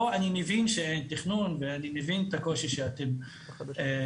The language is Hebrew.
פה אני מבין שאין תכנון ואני מבין את הקושי שאתם מעלים,